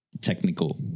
technical